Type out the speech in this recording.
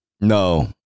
No